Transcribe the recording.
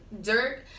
Dirk